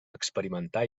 experimentar